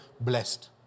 blessed